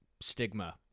stigma